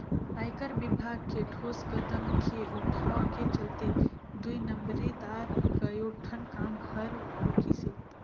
आयकर विभाग के ठोस कदम के उठाव के चलते दुई नंबरी दार कयोठन काम हर रूकिसे